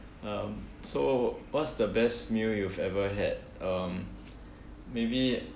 um so what's the best meal you've ever had um maybe